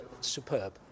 superb